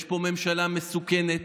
יש פה ממשלה מסוכנת,